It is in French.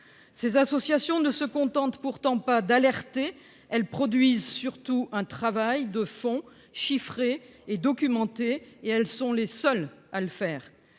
ces associations ne se contentent pas d'alerter : elles produisent surtout un travail de fond chiffré et documenté- et elles sont les seules à le faire